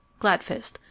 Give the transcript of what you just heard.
Gladfist